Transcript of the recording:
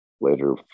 later